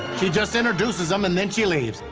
she just introduces them and then she leaves.